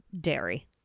dairy